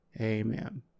Amen